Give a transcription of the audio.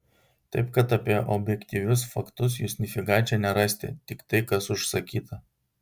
taip kad apie objektyvius faktus jūs nifiga čia nerasite tik tai kas užsakyta